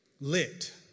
Lit